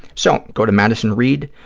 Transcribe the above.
so, go to madison reed,